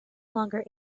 longer